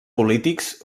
polítics